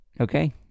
Okay